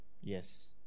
Yes